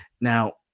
Now